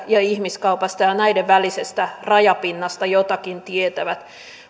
ja ihmiskaupasta ja näiden välisestä rajapinnasta jotakin tietävät